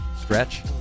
stretch